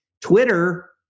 Twitter